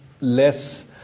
less